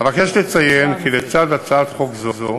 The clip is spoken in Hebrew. אבקש לציין כי לצד הצעת חוק זו